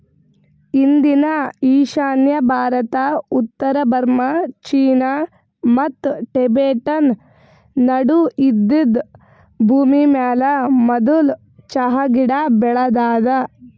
ಇಂದಿನ ಈಶಾನ್ಯ ಭಾರತ, ಉತ್ತರ ಬರ್ಮಾ, ಚೀನಾ ಮತ್ತ ಟಿಬೆಟನ್ ನಡು ಇದ್ದಿದ್ ಭೂಮಿಮ್ಯಾಲ ಮದುಲ್ ಚಹಾ ಗಿಡ ಬೆಳದಾದ